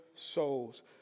souls